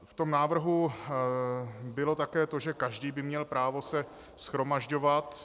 V návrhu bylo také to, že každý by měl právo se shromažďovat.